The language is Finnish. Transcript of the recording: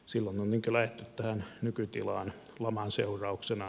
silloin lähdettiin tähän nykytilaan laman seurauksena